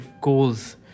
goals